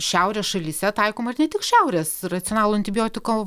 šiaurės šalyse taikoma ir ne tik šiaurės racionalų antibiotikų